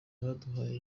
abaduhaye